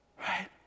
Right